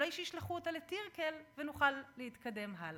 אולי שישלחו אותה לטירקל ונוכל להתקדם הלאה.